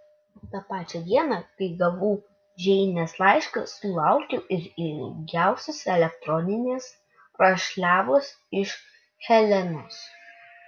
tą pačią dieną kai gavau džeinės laišką sulaukiau ir ilgiausios elektroninės rašliavos iš helenos